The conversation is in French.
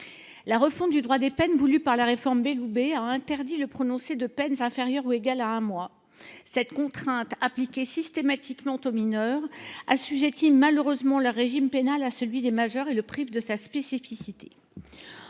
de réforme pour la justice, dite loi Belloubet, a interdit le prononcé de peines inférieures ou égales à un mois. Cette contrainte, appliquée systématiquement aux mineurs, assujettit malheureusement leur régime pénal à celui des majeurs et le prive de sa spécificité.